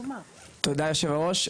תודה יושב הראש.